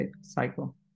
cycle